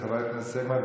חברת הכנסת סגמן,